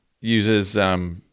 uses